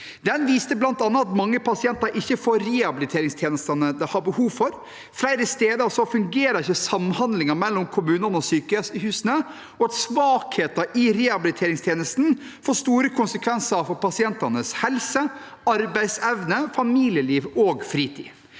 Den viste bl.a. at mange pasienter ikke får de rehabiliteringstjenestene de har behov for. Flere steder fungerer ikke samhandlingen mellom kommunene og sykehusene, og svakheter i rehabiliteringstjenestene får store konsekvenser for pasientenes helse, arbeidsevne, familieliv og fritid.